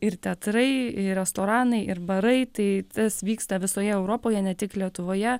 ir teatrai ir restoranai ir barai tai tas vyksta visoje europoje ne tik lietuvoje